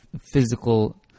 physical